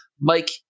Mike